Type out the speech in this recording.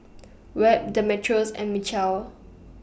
Webb Demetrios and Mechelle